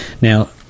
Now